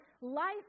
life